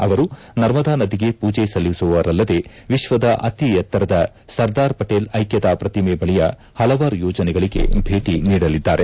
ಅವರು ನರ್ಮದಾ ನದಿಗೆ ಪೂಜೆ ಸಲ್ಲಿಸುವರಲ್ಲದೇ ವಿಶ್ವದ ಅತಿ ಎತ್ತರದ ಸರ್ದಾರ್ ಪಟೇಲ್ ಐಕ್ಕತಾ ಪ್ರತಿಮೆ ಬಳಿಯ ಹಲವಾರು ಯೋಜನೆಗಳಿಗೆ ಭೇಟಿ ನೀಡಲಿದ್ದಾರೆ